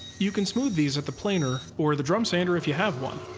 you can smooth these at the planer or the drum sander if you have one.